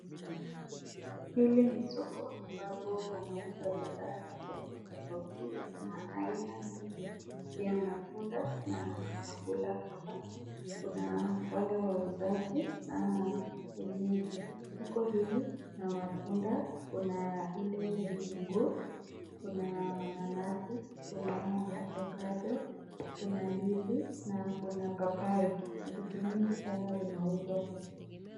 Hili ni soko ambapo wanauza bidhaa tofauti tofauti. Kuna aina mingi vya matunda, na chakula hapa. Kuna wale wauzaji, na kwenye soko hili, kuna matunda, kuna ile vitunguu, kuna mananasi, kuna avocado ,kuna ndizi, na kuna papai. Vitu mingi sana zinauzwa huku.